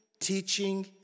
teaching